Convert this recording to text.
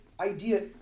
idea